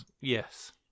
Yes